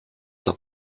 der